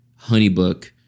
HoneyBook